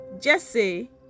Jesse